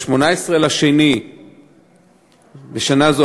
ב-18 בפברואר בשנה זו,